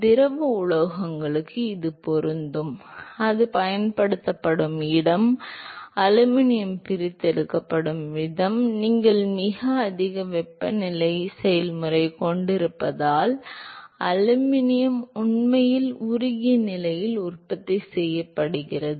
திரவ உலோகங்களுக்கு இது பொருந்தும் அது பயன்படுத்தப்படும் இடம் அலுமினியம் பிரித்தெடுக்கப்படும் விதம் நீங்கள் மிக அதிக வெப்பநிலை செயல்முறையைக் கொண்டிருப்பதால் அலுமினியம் உண்மையில் உருகிய நிலையில் உற்பத்தி செய்யப்படுகிறது